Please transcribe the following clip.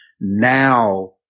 now